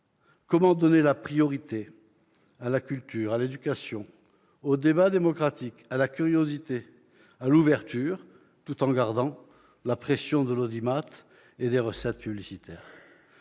Comment donner la priorité à la culture, à l'éducation, au débat démocratique, à la curiosité et à l'ouverture, tout en continuant de subir la pression de l'audimat et des recettes publicitaires ?